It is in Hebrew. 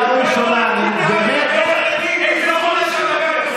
בבקשה לשבת.